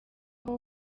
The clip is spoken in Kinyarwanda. aho